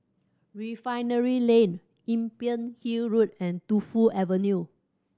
Refinery Lane Imbiah Hill Road and Tu Fu Avenue